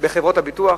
בחברת ביטוח.